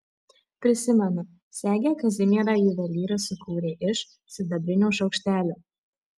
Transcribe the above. prisimenu segę kazimierai juvelyras sukūrė iš sidabrinio šaukštelio